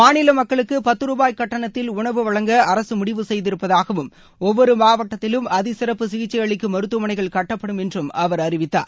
மாநில மக்களுக்கு பத்து ரூபாய் கட்டணத்தில் உணவு வழங்க அரசு முடிவு செய்திருப்பதாகவும் ஒவ்வொரு மாவட்டத்திலும் அதிசிறப்பு சிகிச்சை அளிக்கும் மருத்துவமனைகள் சட்டப்படும் என்றும் அவர் அறிவித்தார்